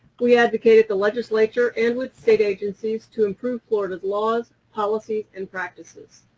we advocate at the legislature and with state agencies to improve florida laws, policies, and practices,